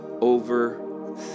over